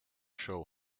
show